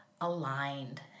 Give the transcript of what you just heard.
aligned